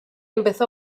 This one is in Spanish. empezó